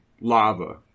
lava